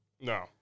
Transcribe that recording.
No